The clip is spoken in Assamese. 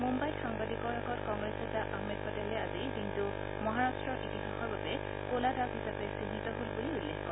মুঘাইত সাংবাদিকৰ আগত কংগ্ৰেছ নেতা আহমেদ পেটেলে আজিৰ দিনটো মহাৰাট্টৰ ইতিহাসৰ বাবে কলা দাগ হিচাপে চিহ্নিত হল বুলি উল্লেখ কৰে